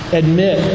admit